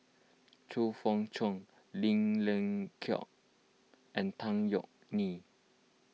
Chong Fah Cheong Lim Leong Geok and Tan Yeok Nee